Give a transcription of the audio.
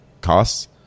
costs